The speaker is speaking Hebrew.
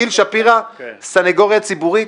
גיל שפירא, הסנגוריה הציבורית.